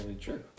true